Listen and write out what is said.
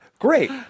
Great